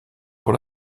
pour